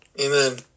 Amen